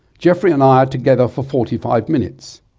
geoffrey and i are together for forty five minutes.